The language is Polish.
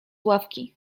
ławki